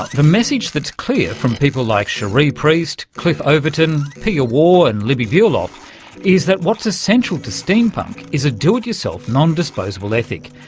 ah the message that's clear from people like cherie priest, cliff overton, pia waugh and libby bulloff is that what's essential to steampunk is a do-it-yourself, non-disposable ethic,